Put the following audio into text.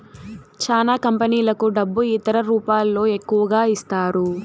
చానా కంపెనీలకు డబ్బు ఇతర రూపాల్లో ఎక్కువగా ఇస్తారు